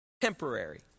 temporary